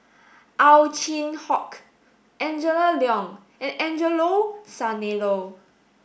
Ow Chin Hock Angela Liong and Angelo Sanelli